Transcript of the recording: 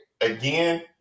again